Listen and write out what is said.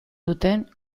duten